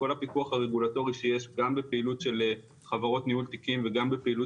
כל הפיקוח הרגולטורי שיש גם בפעילות של חברות ניהול תיקים וגם בפעילות